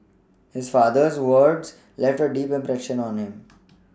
his father's words left a deep impression on him